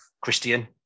Christian